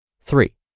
Three